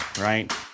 right